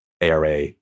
ARA